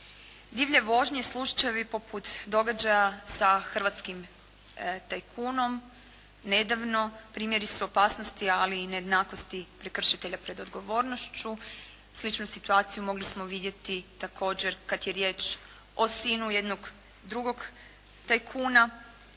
Divlje vožnje, slučajevi poput događaja sa hrvatskim tajkunom nedavno primjeri su opasnosti ali i nejednakosti prekršitelja pred odgovornošću. Sličnu situaciju mogli smo vidjeti također kad je riječ o sinu jednog drugog tajkuna